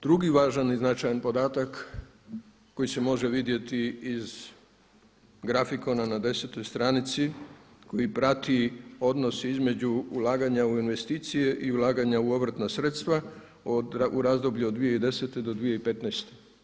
Drugi važan i značajan podatak koji se može vidjeti iz grafikona na 10. stranici koji prati odnos između ulaganja u investicije i ulaganja u obrtna sredstva u razdoblju od 2010. do 2015.